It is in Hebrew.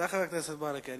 תודה לחבר הכנסת ברכה.